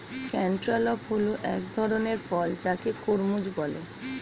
cantaloupe হল এক ধরণের ফল যাকে খরমুজ বলে